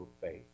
faith